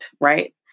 Right